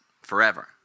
forever